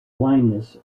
blindness